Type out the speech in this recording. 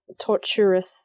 torturous